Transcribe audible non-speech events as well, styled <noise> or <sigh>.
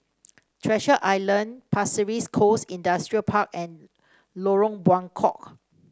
<noise> Treasure Island Pasir Ris Coast Industrial Park and Lorong Buangkok